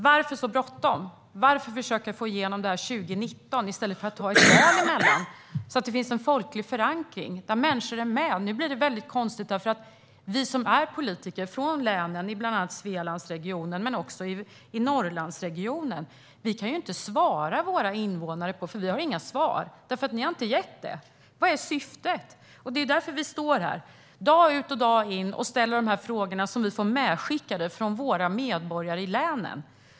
Varför så bråttom? Varför försöka få igenom det här 2019 i stället för att ha ett val emellan så att det finns en folklig förankring? Nu blir det väldigt konstigt, för vi som är politiker från länen i bland annat Svealandsregionen men också Norrlandsregionen kan inte svara våra invånare. Vi har inga svar, för ni har inte gett några sådana. Vad är syftet? Det är därför vi står här, dag ut och dag in, och ställer de här frågorna, som vi får medskickade från våra medborgare i länen.